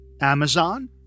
Amazon